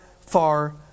far